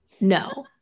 no